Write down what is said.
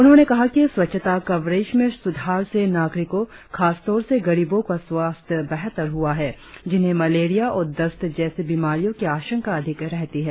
उन्होंने कहा कि स्वच्छता कवरेज में सुधार से नागरिकों खासतौर से गरीबों का स्वास्थ्य बेहतर हुआ है जिन्हें मलेरिया और दस्त जैसी बिमारियों की आशंका अधिक रहती है